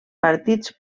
partits